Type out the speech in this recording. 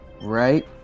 right